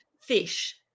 fish